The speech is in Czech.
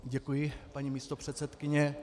Děkuji, paní místopředsedkyně.